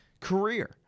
career